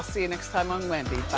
see you next time on wendy,